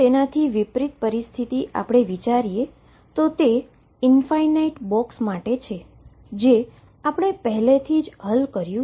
તેનાથી વિપરીત પરિસ્થિતિ આપણે વિચારીએ તો તે ઈન્ફાઈનાઈટ બોક્સ માટે છે જે આપણે પહેલાથી જ હલ કર્યુ છે